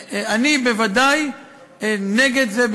אני בוודאי נגד זה.